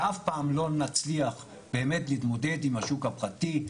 ואף פעם לא נצליח באמת להתמודד עם השוק הפרטי.